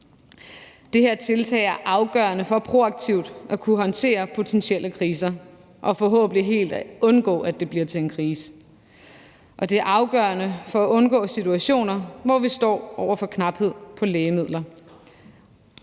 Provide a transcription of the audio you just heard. Det her tiltag er afgørende for proaktivt at kunne håndtere potentielle kriser og forhåbentlig helt undgå, at det bliver til en krise, og det er afgørende for at undgå situationer, hvor vi står over for knaphed på lægemidler.